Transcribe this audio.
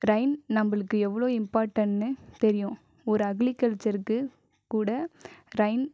Rhine நம்பளுக்கு எவ்வளோ இம்பார்ட்டண்னு தெரியும் ஒரு அக்ரிகல்ச்சருக்கு கூட ரைன்